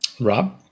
Rob